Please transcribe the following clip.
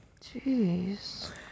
Jeez